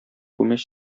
күмәч